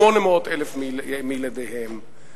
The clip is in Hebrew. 800,000 מילדיהם,